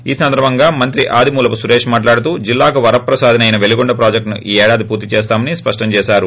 ఈ సందర్భంగా మంత్రి ఆదిమూలపు సురేష్ మాట్లాడుతూ జిల్లాకు వరప్రసాదిని అయిన పెలుగొండ ప్రాజెక్టును ఈ ఏడాది పూర్తి చేస్తామని స్పష్టం చేశారు